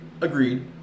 Agreed